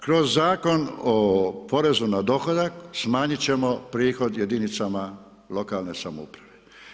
Kroz zakon o porezu na dohodak smanjiti ćemo prihod jedinicama lokalne samouprave.